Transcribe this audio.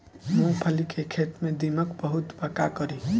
मूंगफली के खेत में दीमक बहुत बा का करी?